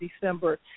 December